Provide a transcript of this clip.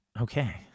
Okay